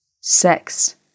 sex